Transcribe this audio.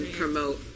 promote